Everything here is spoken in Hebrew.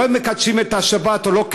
לא אם מקדשים את השבת או לא,